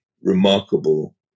remarkable